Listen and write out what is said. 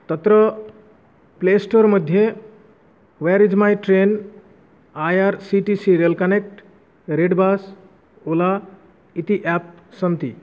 तत्र प्लेस्टोर् मध्ये where is my train I R C T C rail connect redBus Ola इति app सन्ति